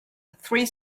three